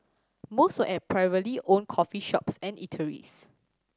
most were at privately owned coffee shops and eateries